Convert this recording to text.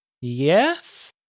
Yes